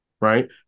right